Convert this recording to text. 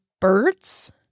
birds